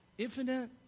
infinite